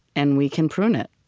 and we can prune it.